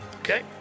Okay